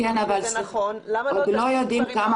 אם זה נכון למה לא דנים כבר --- כן,